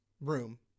room